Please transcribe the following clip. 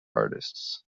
artists